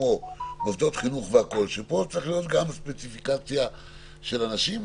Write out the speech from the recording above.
כמו מוסדות חינוך וכד' --- השאלה אם